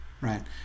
right